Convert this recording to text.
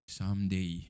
someday